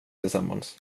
tillsammans